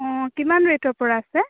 অঁ কিমান ৰেটৰ পৰা আছে